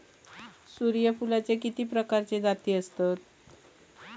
सूर्यफूलाचे किती प्रकारचे जाती आसत?